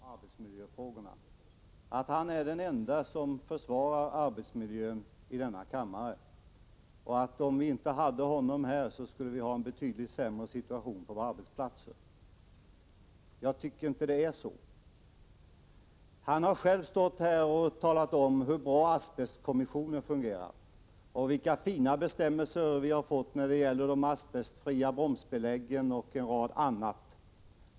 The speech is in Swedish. Herr talman! Jag skall fatta mig mycket kort. Man kan få den känslan, när man hör Lars-Ove Hagberg tala om arbetsmiljöfrågorna, att han är den ende i denna kammare som försvarar arbetsmiljön och att vi, om vi inte hade honom här, skulle ha en betydligt sämre situation på våra arbetsplatser. Jag tycker inte att det är så. Lars-Ove Hagberg har själv stått här och talat om hur bra asbestkommissionen fungerar och vilka fina bestämmelser vi har fått när det gäller de asbestfria bromsbeläggen och annat.